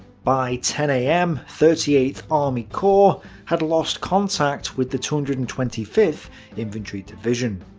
by ten am, thirty eighth army corps had lost contact with the two hundred and twenty fifth infantry division.